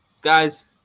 guys